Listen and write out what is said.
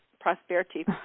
prosperity